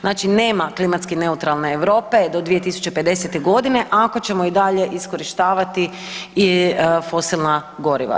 Znači nema klimatski neutralne Europe do 2050 g., ako ćemo je i dalje iskorištavati i fosilna goriva.